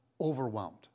overwhelmed